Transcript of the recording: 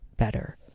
better